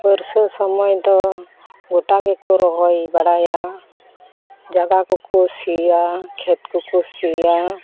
ᱵᱟᱹᱨᱥᱟᱹ ᱥᱳᱢᱚᱭ ᱫᱚ ᱜᱚᱴᱟ ᱜᱮᱠᱚ ᱨᱚᱦᱚᱭ ᱵᱟᱲᱟᱭᱟ ᱡᱟᱜᱟ ᱠᱚᱠᱚ ᱥᱤᱭᱟ ᱠᱷᱮᱛ ᱠᱚᱠᱚ ᱥᱤᱭᱟ